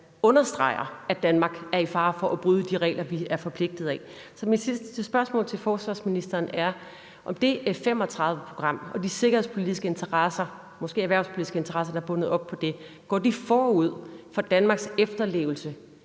der understreger, at Danmark er i fare for at bryde de regler, vi er forpligtede af. Så mit sidste spørgsmål til forsvarsministeren er, om det F-35-program og de sikkerhedspolitiske og måske erhvervspolitiske interesser, der er bundet op på det, går forud for Danmarks efterlevelse